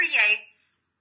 creates